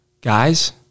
guys